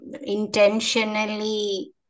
intentionally